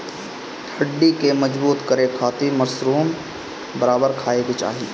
हड्डी के मजबूत करे खातिर मशरूम बराबर खाये के चाही